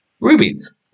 rubies